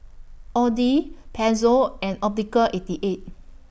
Audi Pezzo and Optical eighty eight